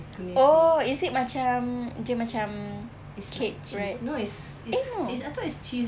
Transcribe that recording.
oh is it macam dia macam cake right eh no